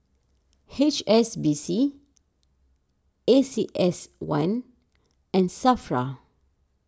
H S B C A C S one and Safra